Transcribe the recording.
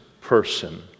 person